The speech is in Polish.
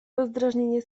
rozdrażnienie